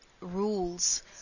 rules